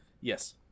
Yes